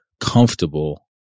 comfortable